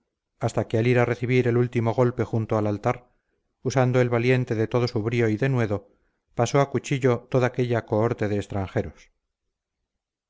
hasta que al ir a recibir el último golpe junto al altar usando el valiente de todo su brío y denuedo pasó a cuchillo toda aquella cohorte de extranjeros